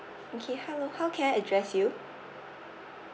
okay hello how can I address you